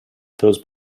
those